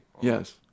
yes